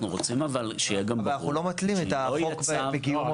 אבל אנחנו לא מתנים את החוק בקיומו.